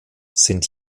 sind